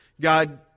God